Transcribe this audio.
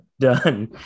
done